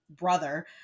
brother